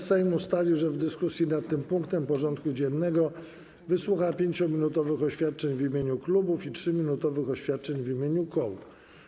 Sejm ustalił, że w dyskusji nad tym punktem porządku dziennego wysłucha 5-minutowych oświadczeń w imieniu klubów i 3-minutowych oświadczeń w imieniu kół.